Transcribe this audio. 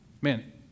Man